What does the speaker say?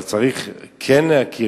אבל צריך כן להכיר,